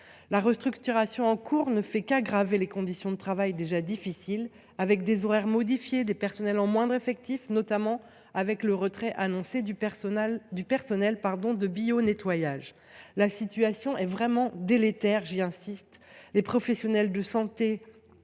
La restructuration en cours ne fait qu’aggraver des conditions de travail déjà difficiles, avec des horaires modifiés, des personnels en moindre effectif, notamment avec le retrait annoncé du personnel de bionettoyage. La situation est vraiment délétère ; j’y insiste. Les professionnels de santé